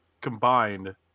combined